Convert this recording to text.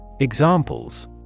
Examples